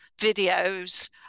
videos